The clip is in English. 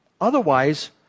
Otherwise